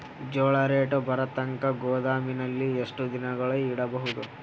ಜೋಳ ರೇಟು ಬರತಂಕ ಗೋದಾಮಿನಲ್ಲಿ ಎಷ್ಟು ದಿನಗಳು ಯಿಡಬಹುದು?